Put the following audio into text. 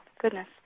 goodness